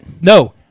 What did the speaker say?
No